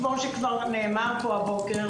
כמו שכבר נאמר פה הבוקר,